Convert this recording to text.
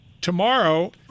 Tomorrow